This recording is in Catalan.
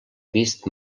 vist